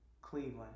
Cleveland